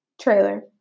trailer